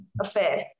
affair